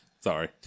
Sorry